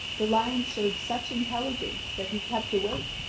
the lion showed such intelligence that he kept awake,